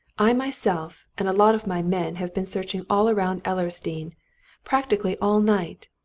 i myself and a lot of my men have been searching all round ellersdeane practically all night.